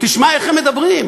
תשמע איך הם מדברים,